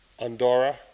Andorra